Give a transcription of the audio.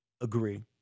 agree